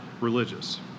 religious